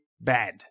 bad